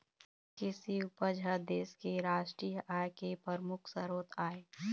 कृषि उपज ह देश के रास्टीय आय के परमुख सरोत आय